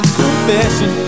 confession